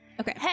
Okay